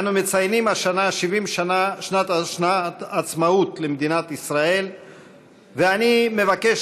אנו מציינים השנה 70 שנות עצמאות למדינת ישראל ואני מבקש